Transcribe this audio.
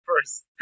first